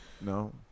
No